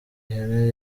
ihene